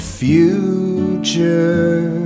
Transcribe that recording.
future